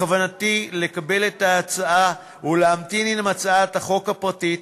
בכוונתי לקבל את ההצעה ולהמתין עם הצעת החוק הפרטית